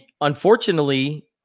unfortunately